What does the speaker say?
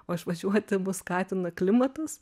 o išvažiuoti mus skatina klimatas